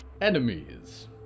enemies